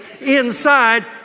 inside